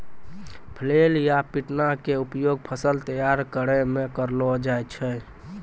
flail या पिटना के उपयोग फसल तैयार करै मॅ करलो जाय छै